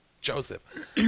Joseph